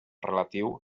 relatiu